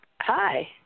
Hi